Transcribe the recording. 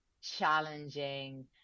challenging